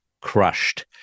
crushed